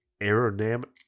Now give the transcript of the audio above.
aerodynamic